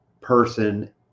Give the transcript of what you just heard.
person